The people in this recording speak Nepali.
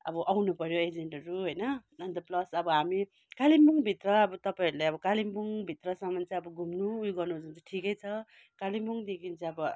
अब आउनु पर्यो एजेन्टहरू होइन अन्त प्लस अब हामी कालिम्पोङ भित्र अब तपाईँहरूले अब कालिम्पोङ भित्रसम्म चाहिँ अब घुम्नु उयो गर्नुहरू चाहिँ ठिकै छ कालिम्पोङदेखि चाहिँ अब